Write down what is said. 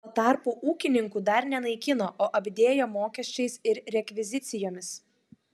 tuo tarpu ūkininkų dar nenaikino o apdėjo mokesčiais ir rekvizicijomis